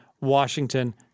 Washington